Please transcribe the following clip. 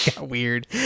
weird